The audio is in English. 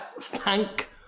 Thank